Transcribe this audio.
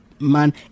man